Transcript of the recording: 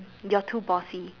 you're too bossy